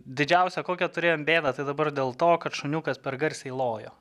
didžiausia kokią turėjome bėdą tai dabar dėl to kad šuniukas per garsiai lojo